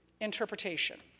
interpretation